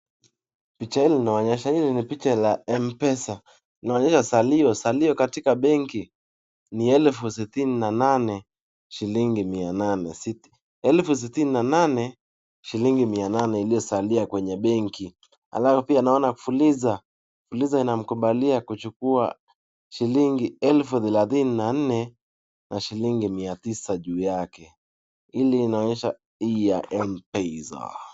Picha hili linaonyesha, hili ni picha ya M-pesa , naona salio, salio katoka benki ni elfu 68,800 iliyo salia kwenye benki , alafu pia naona fuliza, fuliza inamkubalia kuchukua shillingi 34,900 hili linaonyesha hii ya M-pesa.